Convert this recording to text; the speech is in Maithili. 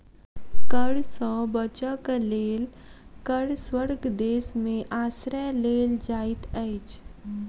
कर सॅ बचअ के लेल कर स्वर्ग देश में आश्रय लेल जाइत अछि